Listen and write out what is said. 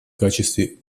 качестве